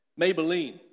Maybelline